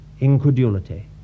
incredulity